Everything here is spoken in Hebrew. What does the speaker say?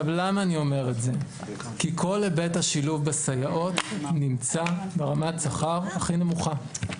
כל היבט השילוב בסייעות נמצא ברמת שכר הכי נמוכה.